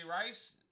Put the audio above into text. Rice